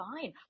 fine